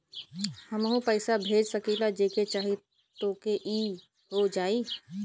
हमहू पैसा भेज सकीला जेके चाही तोके ई हो जाई?